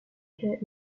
cas